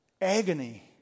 agony